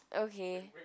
okay